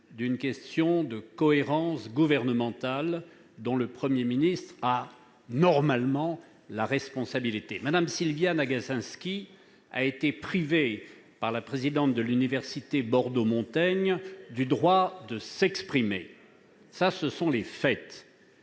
tout, de la cohérence gouvernementale, dont le Premier ministre a normalement la responsabilité. Mme Sylviane Agacinski a été privée par la présidente de l'université Bordeaux-Montaigne du droit de s'exprimer. Ce sont les faits.